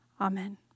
Amen